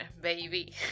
baby